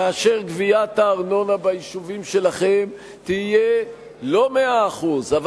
כאשר גביית הארנונה ביישובים שלכם תהיה לא 100% אבל